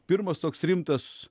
pirmas toks rimtas